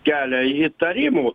kelia įtarimų